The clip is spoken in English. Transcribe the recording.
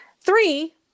Three